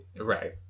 Right